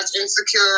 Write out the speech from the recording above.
Insecure